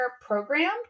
program